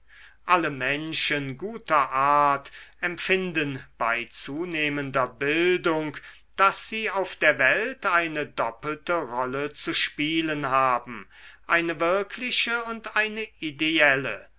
alle menschen guter art empfinden bei zunehmender bildung daß sie auf der welt eine doppelte rolle zu spielen haben eine wirkliche und eine ideelle